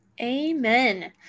amen